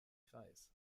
kreis